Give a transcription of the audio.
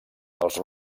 els